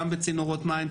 גם בצינורות מים,